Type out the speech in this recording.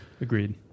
Agreed